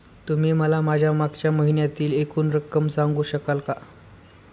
तुम्ही मला माझ्या मागच्या महिन्यातील एकूण रक्कम सांगू शकाल का?